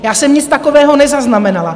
Já jsem nic takového nezaznamenala.